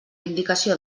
indicació